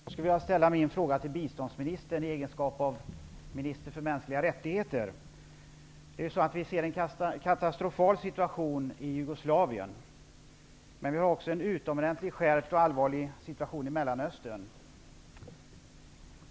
Fru talman! Jag skulle vilja ställa min fråga till biståndsministern i egenskap av minister för mänskliga rättigheter. Vi ser ju en katastrofal situation i Jugoslavien, men vi har också en utomordentligt allvarlig situation i Mellanöstern.